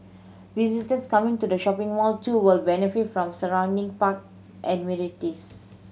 visitors coming to the shopping mall too will benefit from surrounding park amenities